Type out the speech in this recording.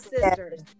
sisters